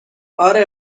آره